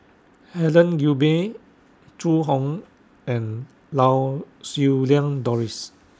Helen Gilbey Zhu Hong and Lau Siew Lang Doris